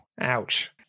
Ouch